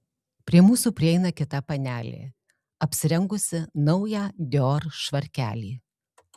prie mūsų prieina kita panelė apsirengusi naują dior švarkelį